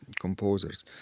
composers